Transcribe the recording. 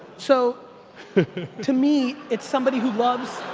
so to me it's somebody who loves,